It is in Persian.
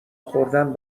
خوردن